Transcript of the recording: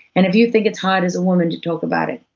and if you think it's hard as a woman to talk about it,